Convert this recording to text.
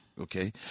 Okay